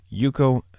Yuko